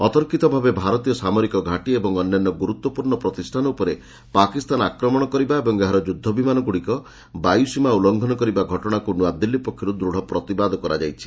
ଅତର୍କିତ ଭାବେ ଭାରତୀୟ ସାମରିକ ଘାଟି ଓ ଅନ୍ୟାନ୍ୟ ଗୁରୁତ୍ୱପୂର୍ଣ୍ଣ ପ୍ରତିଷ୍ଠାନ ଉପରେ ପାକିସ୍ତାନ ଆକ୍ରମଣ କରିବା ଓ ଏହାର ଯୁଦ୍ଧବିମାନଗୁଡ଼ିକ ବାୟୁସୀମା ଉଲ୍ଲୁଘନ କରିବା ଘଟଣାକୁ ନୂଆଦିଲ୍ଲୀ ପକ୍ଷରୁ ଦୃଢ଼ ପ୍ରତିବାଦ କରାଯାଇଛି